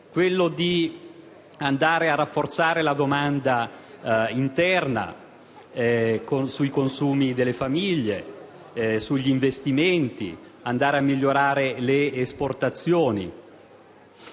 di andare a rafforzare la domanda interna, i consumi delle famiglie, gli investimenti, di migliorare le esportazioni.